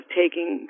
taking